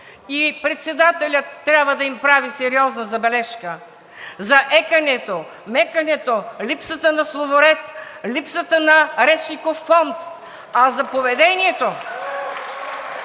И председателят трябва да им прави сериозна забележка – за екането, мекането, липсата на словоред, липсата на речников фонд. (Ръкопляскания от